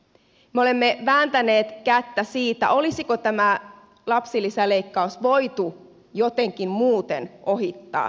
me olemme vääntäneet kättä siitä olisiko tämä lapsilisäleikkaus voitu jotenkin muuten ohittaa